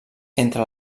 entre